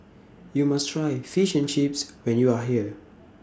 YOU must Try Fish and Chips when YOU Are here